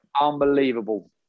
Unbelievable